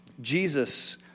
Jesus